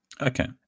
Okay